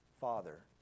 father